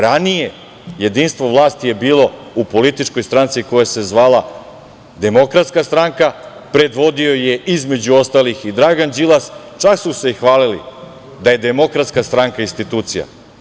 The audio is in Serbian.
Ranije jedinstvo vlasti je bilo u političkoj stranci koja se zvala DS, predvodio ju je, između ostalih, i Dragan Đilas, čak su se hvalili da je DS institucija.